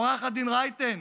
עו"ד רייטן,